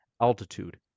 altitude